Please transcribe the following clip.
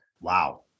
Wow